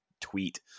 tweet